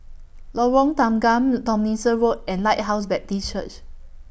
Lorong Tanggam Tomlinson Road and Lighthouse Baptist Church